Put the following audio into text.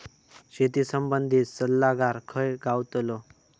शेती संबंधित सल्लागार खय गावतलो?